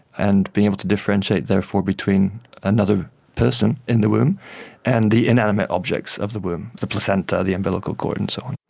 and being able to differentiate therefore between another person in the womb and the inanimate objects of the womb, the placenta, the umbilical cord and so on.